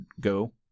go